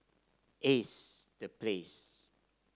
Ace The Place